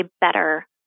better